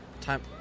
time